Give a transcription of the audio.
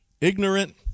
Ignorant